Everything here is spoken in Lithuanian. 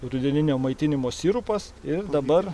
rudeninio maitinimo sirupas ir dabar